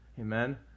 Amen